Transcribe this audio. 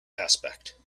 aspect